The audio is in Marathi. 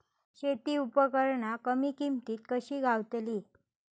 शेती उपकरणा कमी किमतीत कशी गावतली?